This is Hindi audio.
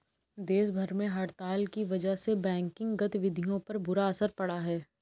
देश भर में हड़ताल की वजह से बैंकिंग गतिविधियों पर बुरा असर पड़ा है